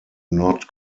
not